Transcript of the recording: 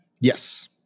Yes